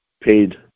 paid